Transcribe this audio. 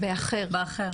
באחר.